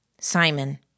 Simon